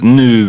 nu